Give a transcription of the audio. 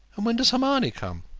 and when does hermione come?